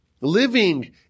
living